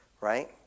right